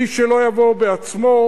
מי שלא יבוא בעצמו,